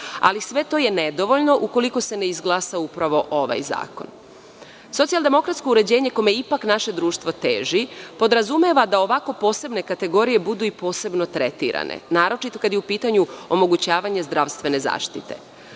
ali sve to je nedovoljno ukoliko se ne izglasa upravo ovaj zakon. Socijaldemokratsko uređenje koje ipak naše društvo teži, podrazumeva da ovakve posebne kategorije budu i posebno tretirane, naročito kada je u pitanju omogućavanje zdravstvene zaštite.U